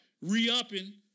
re-upping